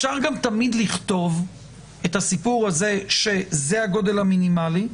אפשר גם תמיד לכתוב את הסיפור שזה הגודל המינימלי,